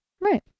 right